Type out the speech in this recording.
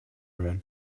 rain